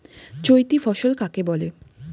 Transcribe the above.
চৈতি ফসল কাকে বলে?